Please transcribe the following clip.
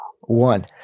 one